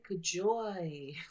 joy